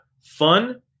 fun